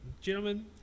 gentlemen